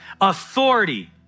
authority